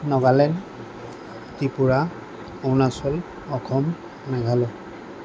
Nagaland Tripura Arunachal Assam Meghalaya